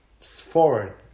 forward